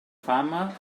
fama